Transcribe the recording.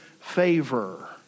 favor